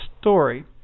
story